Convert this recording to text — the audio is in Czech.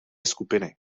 skupiny